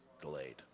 delayed